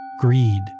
Greed